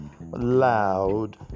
loud